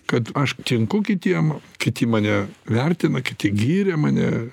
kad aš tinku kitiem kiti mane vertina kiti gyrė mane